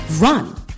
run